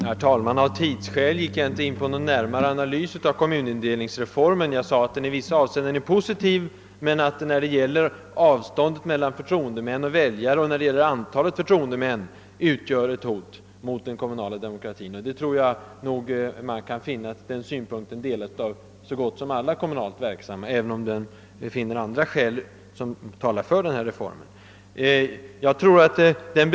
Herr talman! Av tidsskäl gick jag inte in på någon närmare analys av kommunindelningsreformen. Jag sade att den i vissa avseenden är positiv men att den, när det gäller avståndet mellan förtroendemän och väljare och när det gäller antalet förtroendemän, utgör ett hot mot den kommunala demokratin. Den synpunkten kan man finna att så gott som alla kommunalt verksamma delar, även om andra skäl kan finnas som talar för reformen.